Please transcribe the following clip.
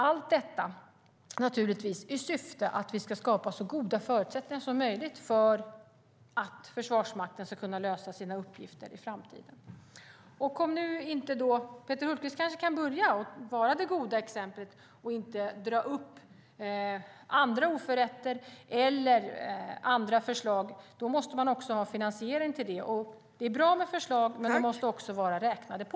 Allt detta har naturligtvis syftet att skapa så goda förutsättningar som möjligt för att Försvarsmakten ska kunna lösa sina uppgifter i framtiden. Peter Hultqvist kanske kan börja och vara det goda exemplet och inte dra upp gamla oförrätter eller andra förslag. Då måste han ha finansiering till det. Det är bra med förslag, men de måste vara räknade på.